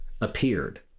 appeared